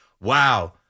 Wow